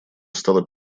стала